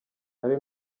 hari